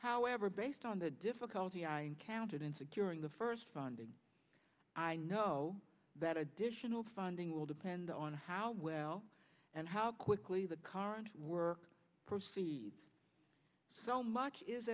however based on the difficulty i encountered in securing the first funding i know that additional funding will depend on how well and how quickly the current work proceeds so much is